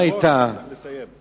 אתה צריך לסיים.